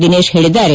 ದಿನೇಶ್ ಹೇಳಿದ್ದಾರೆ